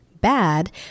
bad